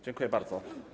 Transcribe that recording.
Dziękuję bardzo.